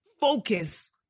focus